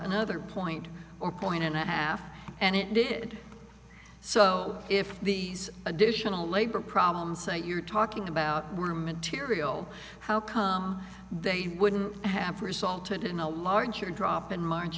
another point or point and a half and it did so if these additional labor problems that you're talking about were material how come they wouldn't have resulted in a larger drop in march